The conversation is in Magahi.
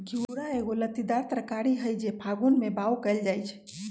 घिउरा एगो लत्तीदार तरकारी हई जे फागुन में बाओ कएल जाइ छइ